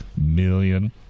million